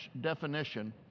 definition